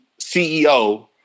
CEO